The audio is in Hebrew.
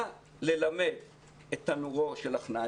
נא ללמד את תנורו של עכנאי.